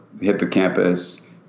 hippocampus